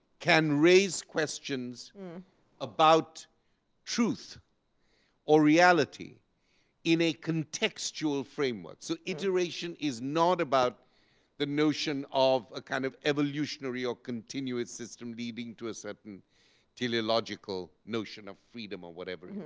can raise questions about truth or reality in a contextual framework. so iteration is not about the notion of a kind of evolutionary or continuous system leading to a certain teleological notion of freedom or whatever.